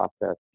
process